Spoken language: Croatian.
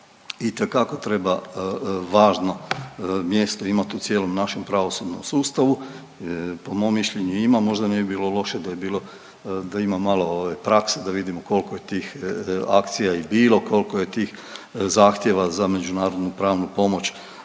itekako treba važno mjesto imat u cijelom našem pravosudnom sustavu. Po mom mišljenju i ima, možda ne bi bilo loše da je bilo da ima malo prakse da vidimo kolko je tih akcija i bilo, kolko je tih zahtjeva za međunarodnu pravnu pomoć